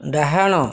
ଡାହାଣ